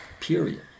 period